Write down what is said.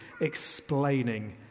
explaining